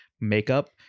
makeup